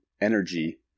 energy